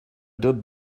did